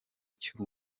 cy’u